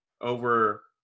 over